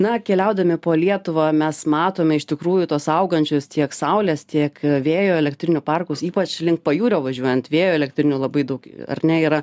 na keliaudami po lietuvą mes matome iš tikrųjų tos augančios tiek saulės tiek vėjo elektrinių parkus ypač link pajūrio važiuojant vėjo elektrinių labai daug ar ne yra